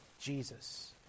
Jesus